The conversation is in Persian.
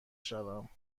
شوم